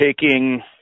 taking